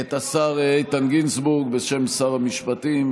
את השר איתן גינזבורג, בשם שר המשפטים.